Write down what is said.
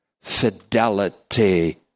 fidelity